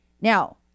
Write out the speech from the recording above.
now